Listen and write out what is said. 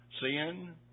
sin